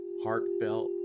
heartfelt